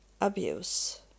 abuse